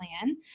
plan